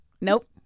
Nope